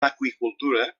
aqüicultura